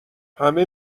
همه